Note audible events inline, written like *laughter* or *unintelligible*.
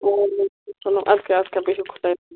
*unintelligible* چلو اَدٕ کیٛاہ اَدٕ کیٛاہ بِہِو خۅدایہِ